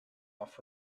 off